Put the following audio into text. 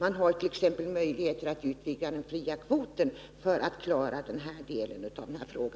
Man hart.ex. möjligheter att utvidga den fria kvoten för att klara denna del av den här frågan.